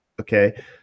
okay